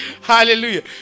Hallelujah